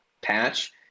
patch